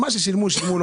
מה ששילמו שילמו.